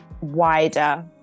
wider